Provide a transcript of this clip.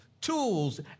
tools